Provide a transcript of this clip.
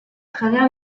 travers